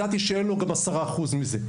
והיה לי ברור שאין לו לתת לנו גם 10% מהסכום הזה.